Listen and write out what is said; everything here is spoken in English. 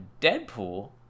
Deadpool